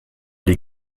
die